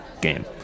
game